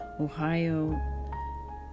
Ohio